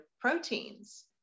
proteins